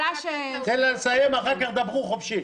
תן לה לסיים, אחר כך תדברו חופשי.